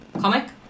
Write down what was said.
comic